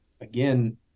again